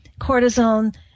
cortisone